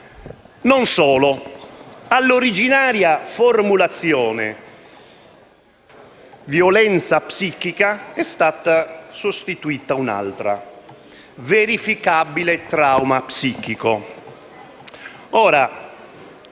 Non solo: l'originaria formulazione «violenza psichica» è stata sostituita da un'altra: «verificabile trauma psichico».